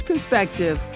perspective